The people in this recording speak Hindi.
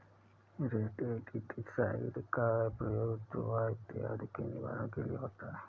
रोडेन्टिसाइड का प्रयोग चुहा इत्यादि के निवारण के लिए होता है